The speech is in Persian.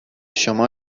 شما